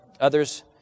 Others